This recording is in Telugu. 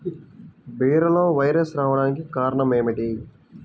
బీరలో వైరస్ రావడానికి కారణం ఏమిటి?